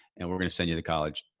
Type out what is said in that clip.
and we're going to send you to college.